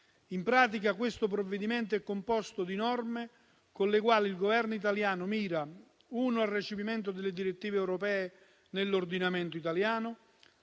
In pratica, questo provvedimento è composto di norme con le quali il Governo italiano mira al recepimento delle direttive europee nell'ordinamento italiano,